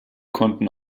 konnten